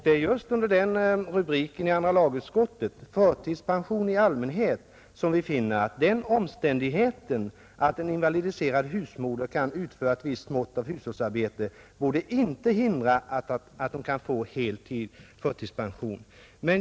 Det är just i andra lagutskottets utlåtande under rubriken ”Förtidspension i allmänhet” som vi finner att den omständigheten, att en invalidiserad husmor kan utföra ett visst mått av hushållsarbete, inte borde hindra henne från att få hel förtidspension.